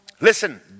Listen